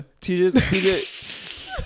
TJ